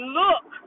look